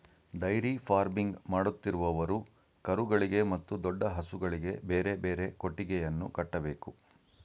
dairy farming ಮಾಡುತ್ತಿರುವವರು ಕರುಗಳಿಗೆ ಮತ್ತು ದೊಡ್ಡ ಹಸುಗಳಿಗೆ ಬೇರೆ ಬೇರೆ ಕೊಟ್ಟಿಗೆಯನ್ನು ಕಟ್ಟಬೇಕು